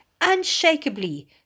unshakably